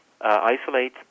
isolate